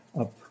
up